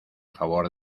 favor